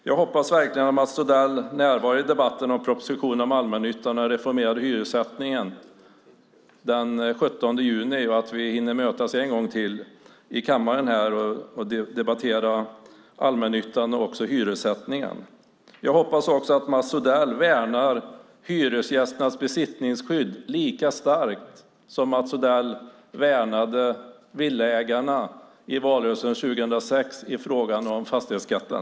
Jag hoppas verkligen att Mats Odell närvarar vid debatten om allmännyttan och den reformerade hyressättningen den 17 juni och att vi hinner mötas en gång till i kammaren och debatterar allmännyttan och också hyressättningen. Jag hoppas också att Mats Odell värnar hyresgästernas besittningsskydd lika starkt som han värnade villaägarna i valrörelsen 2006 i frågan om fastighetsskatten.